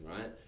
right